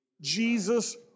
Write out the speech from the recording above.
Jesus